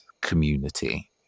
community